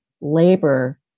labor